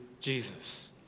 Jesus